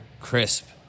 crisp